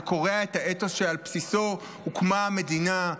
זה קורע את האתוס שעל בסיסו הוקמה המדינה,